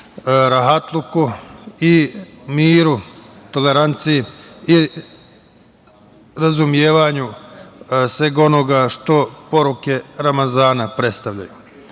rahatluku, miru, toleranciji i razumevanju svega onoga što poruke ramazana predstavljaju. Ono